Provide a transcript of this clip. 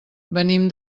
venim